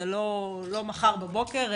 זה לא מחר בבוקר,